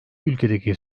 ülkedeki